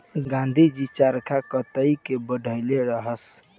गाँधी जी चरखा कताई के बढ़इले रहस